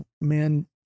man